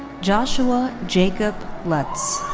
joshua jacob lutz.